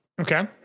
Okay